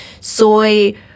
soy